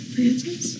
Francis